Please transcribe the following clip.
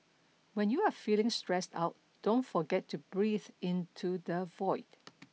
when you are feeling stressed out don't forget to breathe into the void